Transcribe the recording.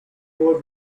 more